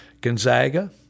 Gonzaga